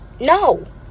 No